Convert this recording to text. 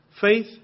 Faith